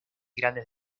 grandes